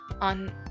on